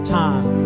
time